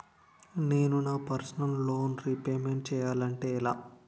నేను నా personal loan repayment చేయాలంటే ఎలా?